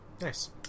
Nice